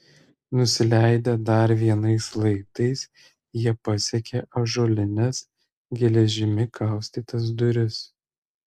nusileidę dar vienais laiptais jie pasiekė ąžuolines geležimi kaustytas duris